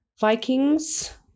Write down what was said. Vikings